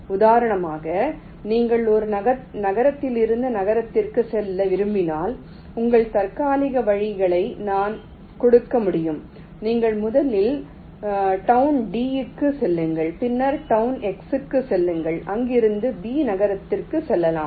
உதாரணமாக நீங்கள் ஒரு நகரத்திலிருந்து நகரத்திற்குச் செல்ல விரும்பினால் உங்கள் தற்காலிக வழிகளை நான் கொடுக்க முடியும் நீங்கள் முதலில் டவுன் d க்குச் செல்லுங்கள் பின்னர் டவுன் x க்குச் செல்லுங்கள் அங்கிருந்து b நகரத்திற்குச் செல்லலாம்